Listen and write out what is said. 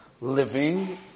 living